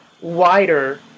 wider